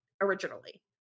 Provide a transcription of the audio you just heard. originally